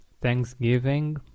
Thanksgiving